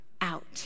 out